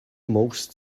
most